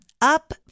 up